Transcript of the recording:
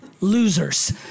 Losers